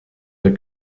the